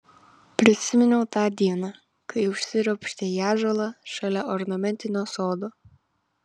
prisiminiau tą dieną kai užsiropštė į ąžuolą šalia ornamentinio sodo